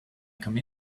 come